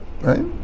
Right